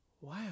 Wow